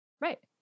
right